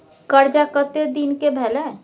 कर्जा कत्ते दिन के भेलै?